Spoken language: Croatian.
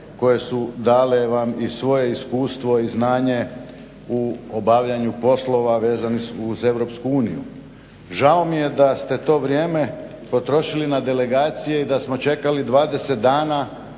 koje su dale vam i svoje iskustvo i znanje u obavljanju poslova vezanih uz Europsku uniju. Žao mi je da ste to vrijeme potrošili na delegacije i da smo čekali 20 dana